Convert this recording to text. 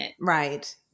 Right